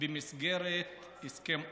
במסגרת הסכם אוסלו.